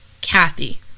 Kathy